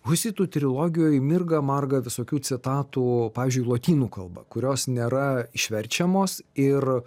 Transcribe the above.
husitų trilogijoj mirga marga visokių citatų pavyzdžiui lotynų kalba kurios nėra išverčiamos ir